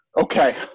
Okay